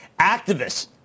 Activists